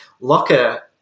Locker